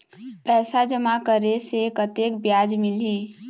पैसा जमा करे से कतेक ब्याज मिलही?